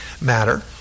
matter